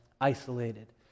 isolated